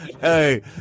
Hey